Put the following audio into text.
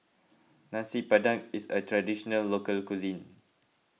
Nasi Padang is a Traditional Local Cuisine